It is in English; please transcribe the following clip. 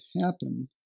happen